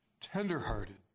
tenderhearted